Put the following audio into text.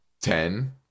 ten